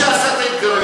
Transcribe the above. אני אגיד לך למה.